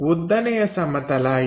ಉದ್ದನೆಯ ಸಮತಲ ಇದೆ